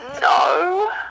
No